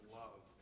love